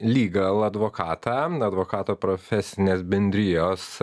legal advokatą advokato profesinės bendrijos